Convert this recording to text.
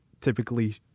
typically